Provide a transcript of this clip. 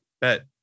bet